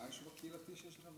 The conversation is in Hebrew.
מה היישוב הקהילתי שיש לכם,